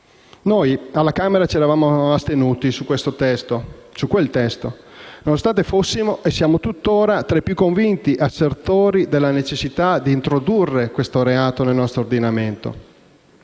Noi alla Camera ci eravamo astenuti su quel testo, nonostante fossimo e siamo tuttora tra i più convinti assertori della necessità di introdurre questo reato nel nostro ordinamento.